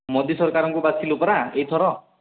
ମୋଦି ସରକାରଙ୍କୁ ବାଛିଲୁ ପରା ଏଇଥର